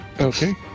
Okay